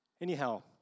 Anyhow